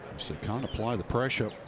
so can't apply the pressure.